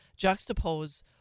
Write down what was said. juxtapose